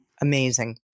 Amazing